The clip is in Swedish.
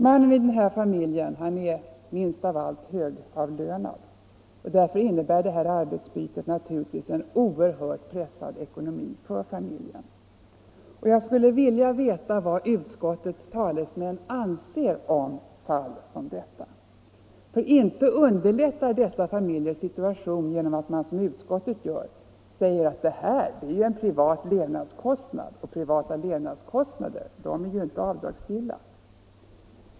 Mannen i den här familjen är minst av allt högavlönad. Därför innebär detta arbetsbyte naturligtvis en oerhört pressad ekonomi för familjen. Jag skulle vilja veta vad utskottets talesmän anser om fall som detta. Inte underlättas sådana familjers situation genom att man som utskottet säger att barntillsynskostnaden är en privat levnadskostnad, och privata levnadskostnader är inte avdragsgilla.